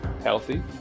healthy